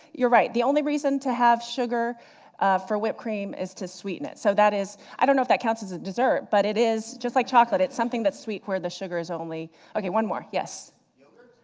you're right, the only reason to have sugar for whipped cream is to sweeten it. so that is, i don't know if that counts as a dessert, but it is just like chocolate, it's something that's sweet where the sugar is only ok, one more, yes. audience yogurt.